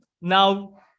now